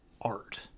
art